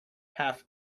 half